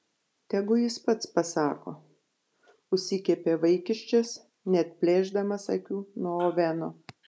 tegu jis pats pasako užsikepė vaikiščias neatplėšdamas akių nuo oveno